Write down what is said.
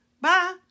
Bye